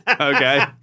okay